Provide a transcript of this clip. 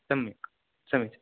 सम्यक् सम्यक्